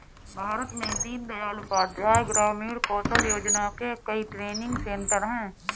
भारत में दीन दयाल उपाध्याय ग्रामीण कौशल योजना के कई ट्रेनिंग सेन्टर है